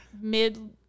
mid